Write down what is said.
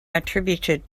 attributed